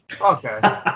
Okay